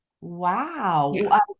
Wow